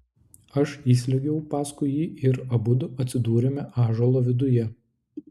aš įsliuogiau paskui jį ir abudu atsidūrėme ąžuolo viduje